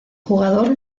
jugador